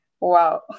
wow